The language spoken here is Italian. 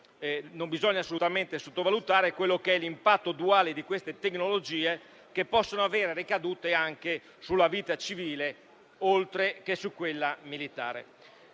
non bisogna assolutamente sottovalutare l'impatto duale di queste tecnologie, che possono avere ricadute anche sulla vita civile oltre che su quella militare.